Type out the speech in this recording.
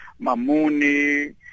Mamuni